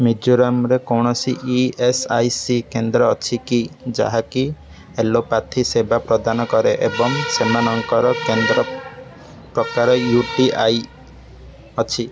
ମିଜୋରାମ୍ରେ କୌଣସି E S I C କେନ୍ଦ୍ର ଅଛି କି ଯାହାକି ଏଲୋପାଥି ସେବା ପ୍ରଦାନ କରେ ଏବଂ ସେମାନଙ୍କର କେନ୍ଦ୍ର ପ୍ରକାର ୟୁ ପି ଆଇ ଅଛି